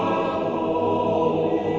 oh